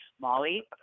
Molly